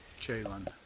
Jalen